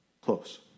Close